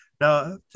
Now